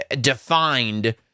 defined